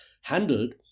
handled